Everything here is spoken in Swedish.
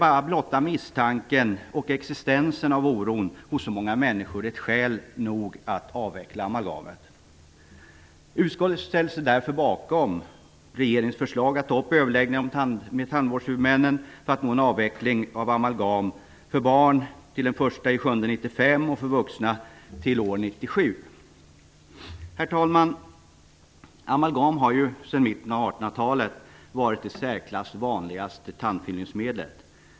Bara blotta misstanken och existensen av oron hos så många människor är skäl nog för att avveckla amalgamet. Utskottet ställer sig därför bakom regeringens förslag om att ta upp överläggningar med tandvårdshuvudmännen för att få till stånd en avveckling av amalgam för barn den 1 juli 1995 och för vuxna år 1997. Herr talman! Amalgam har sedan mitten av 1800 talet varit det i särklass vanligaste tandfyllningsmedlet.